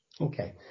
okay